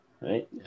Right